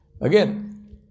again